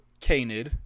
canid